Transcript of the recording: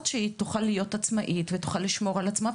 שהיא תוכל להיות עצמאית ותוכל לשמור על עצמה,